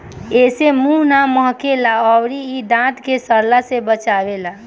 एसे मुंह ना महके ला अउरी इ दांत के सड़ला से बचावेला